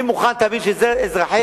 אני מוכן, תאמין לי, שאזרחי